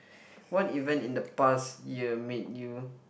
what event in the past year made you